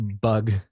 bug